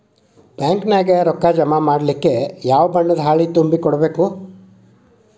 Bank ನ್ಯಾಗ ರೊಕ್ಕಾ ಜಮಾ ಮಾಡ್ಲಿಕ್ಕೆ ಯಾವ ಬಣ್ಣದ್ದ ಹಾಳಿ ತುಂಬಿ ಕೊಡ್ಬೇಕು?